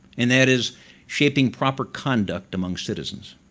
and that is shaping proper conduct among citizens.